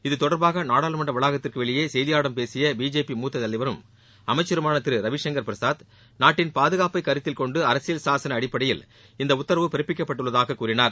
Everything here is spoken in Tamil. இது தொடர்பாக நாடாளுமன்ற வளாகத்துக்கு வெளியே செய்தியாளர்களிடம் பேசிய பிஜேபி மூத்த தலைவரும் அமைச்சருமான திரு ரவிசங்கர் பிரசாத் நாட்டின் பாதுகாப்பை கருத்தில் கொண்டு அரசியல் சாசன அடிப்படையில் இந்த உத்தரவு பிறப்பிக்கப்பட்டுள்ளதாக கூறினார்